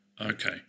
Okay